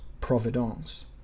providence